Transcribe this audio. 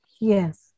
Yes